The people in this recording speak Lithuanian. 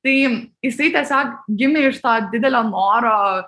tai jisai tiesiog gimė iš to didelio noro